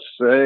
say